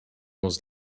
was